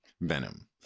Venom